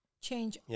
change